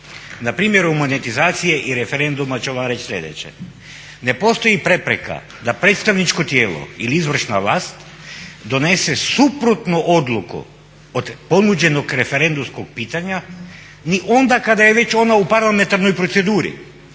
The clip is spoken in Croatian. Na primjeru monetizacije i referenduma ću vam reći sljedeće: ne postoji prepreka da predstavničko tijelo ili izvršna vlast donese suprotno odluku od ponuđenog referendumskog pitanja ni onda kada je već ona u parlamentarnoj proceduri,